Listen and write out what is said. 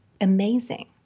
amazing